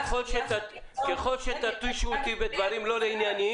יחד עם זאת --- ככל שתתישו אתי בדברים לא ענייניים